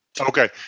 Okay